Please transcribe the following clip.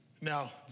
Now